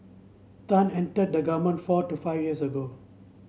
Tan entered the government four to five years ago